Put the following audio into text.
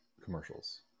commercials